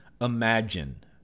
imagine